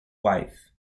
wife